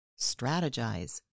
strategize